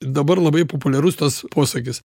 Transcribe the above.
ir dabar labai populiarus tas posakis